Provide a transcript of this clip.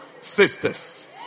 Sisters